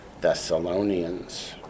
Thessalonians